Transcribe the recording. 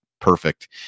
perfect